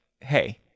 hey